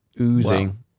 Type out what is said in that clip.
oozing